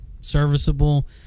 serviceable